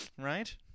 right